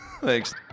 Thanks